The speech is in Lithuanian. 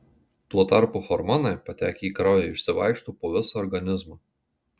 tuo tarpu hormonai patekę į kraują išsivaikšto po visą organizmą